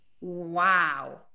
Wow